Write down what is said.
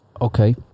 Okay